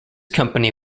company